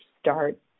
start